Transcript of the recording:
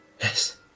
Yes